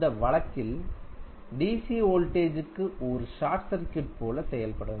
அந்த வழக்கில் DC voltage க்கு ஒரு ஷார்ட் சர்க்யூட் போல செயல்படும்